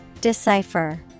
Decipher